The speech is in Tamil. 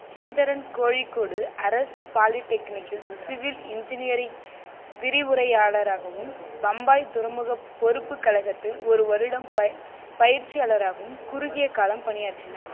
ஸ்ரீதரன் கோழிக்கூடு அரசு பாலிடெக்னிக்கில் சிவில் இன்ஜினியரிங் விரிவுரையாளராகவும் பம்பாய் துறைமுகப் பொறுப்புக் கழகத்தில் ஒரு வருடம் பயி பயிற்சியாளராகவும் குறுகிய காலம் பணியாற்றினார்